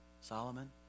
Solomon